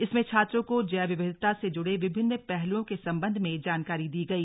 इसमें छात्रों को जैव विविधता से जुड़े विभिन्न पहलुओं के संबंध में जानकारी दी गई